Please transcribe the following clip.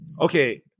okay